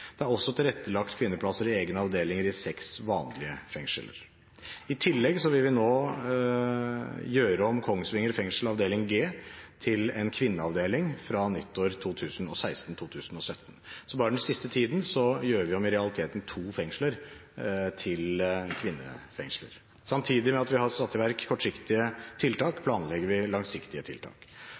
det nyetablerte fengselet i Kragerø. Det er også tilrettelagt kvinneplasser i egne avdelinger i seks vanlige fengsler. I tillegg vil vi nå gjøre om Kongsvinger fengsel avdeling G til en kvinneavdeling fra nyttår 2016/2017. Så bare den siste tiden gjør vi i realiteten om to fengsler til kvinnefengsler. Samtidig med at vi har satt i verk kortsiktige tiltak, planlegger vi langsiktige tiltak.